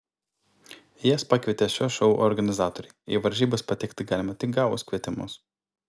jas pakvietė šio šou organizatoriai į varžybas patekti galima tik gavus kvietimus